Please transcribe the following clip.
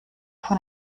von